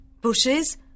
bushes